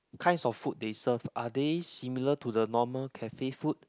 kinds of food they serve are they similar to the normal cafe food